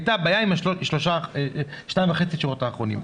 הייתה בעיה עם שתיים וחצי השורות האחרונות.